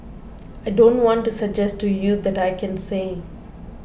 I don't want to suggest to you that I can say